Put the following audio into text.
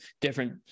different